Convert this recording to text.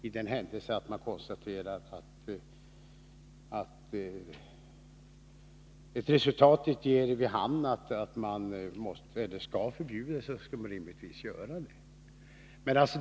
I def händelse resultaten ger vid handen att medlet skall förbjudas, skall man rimligtvis göra detta.